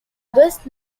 west